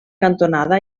cantonada